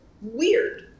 weird